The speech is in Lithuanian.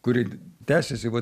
kuri tęsiasi va